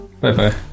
bye-bye